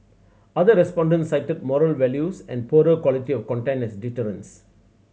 other respondents cited moral values and poorer quality of content as deterrents